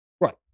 right